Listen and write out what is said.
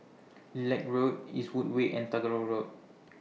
Lilac Road Eastwood Way and Tagore Road